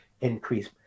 increase